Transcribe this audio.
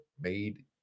made